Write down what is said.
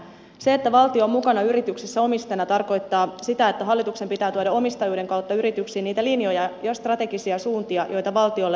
se että valtio on mukana yrityksessä omistajana tarkoittaa sitä että hallituksen pitää tuoda omistajuuden kautta yrityksiin niitä linjoja ja strategisia suuntia joita valtiolle on päätetty